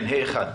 כן, (ה1).